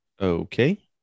Okay